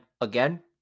again